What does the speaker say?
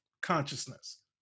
consciousness